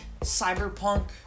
Cyberpunk